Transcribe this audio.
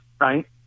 right